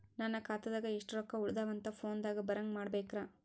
ನನ್ನ ಖಾತಾದಾಗ ಎಷ್ಟ ರೊಕ್ಕ ಉಳದಾವ ಅಂತ ಫೋನ ದಾಗ ಬರಂಗ ಮಾಡ ಬೇಕ್ರಾ?